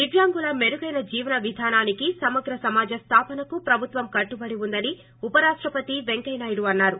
దివ్యాంగుల మెరుగైన జీవన విధానానికి సమగ్ర సమాజ స్లాపనకు ప్రభుత్వం కట్టుబడి ఉందని ఉపరాష్టపతి వెంకయ్య నాయుడు అన్సారు